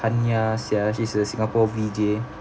hanya seah she's a singapore V_J